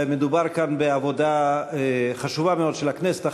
מדובר כאן בעבודה חשובה מאוד של הכנסת.